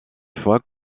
foie